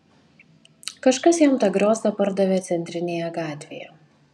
kažkas jam tą griozdą pardavė centrinėje gatvėje